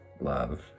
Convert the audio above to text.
love